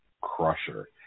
Crusher